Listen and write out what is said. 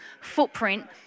footprint